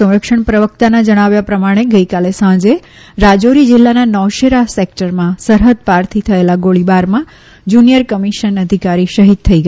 સંરક્ષણ પ્રવક્તાના જણાવ્યા પ્રમાણે ગઈકાલે સાંજે રાજૌરી જિલ્લાના નૌશેરા સેક્ટરમાં સરહદ પારથી થયેલા ગોળીબારમાં જૂનિયર કમિશન અધિકારી શહિદ થઈ ગયા